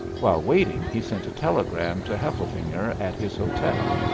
while waiting he sent a telegram to hefflefinger at his hotel.